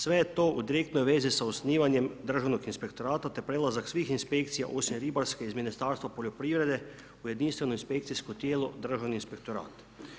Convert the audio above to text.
Sve je to u direktnoj vezi sa osnivanjem Državnog inspektorata, te prelazak svih inspekcija osim ribarskih iz Ministarstva poljoprivrede u jedinstveno inspekcijsko tijelo Državni inspektorat.